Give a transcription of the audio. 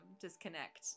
disconnect